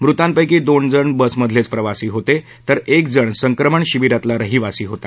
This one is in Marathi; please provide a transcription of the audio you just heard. मृतांपैकी दोन जण बसमधलेच प्रवासी होते तर एक जण संक्रमण शिबीरातला रहिवासी होता